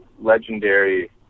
legendary